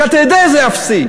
כי אתה יודע שזה אפסי.